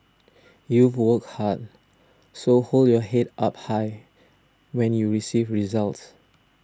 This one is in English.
you've work hard so hold your head up high when you receive your results